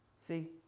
See